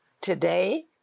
today